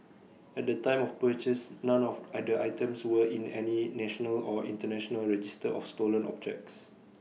at the time of purchase none of I the items were in any national or International register of stolen objects